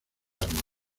armas